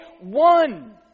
One